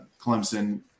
Clemson